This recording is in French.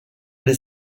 les